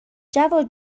جواد